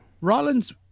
Rollins